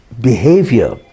behavior